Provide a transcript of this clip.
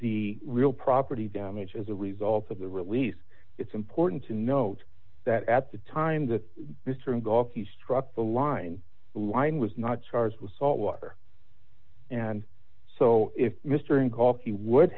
the real property damage as a result of the release it's important to note that at the time that this room go up he struck the line line was not charged with salt water and so if mr and called he would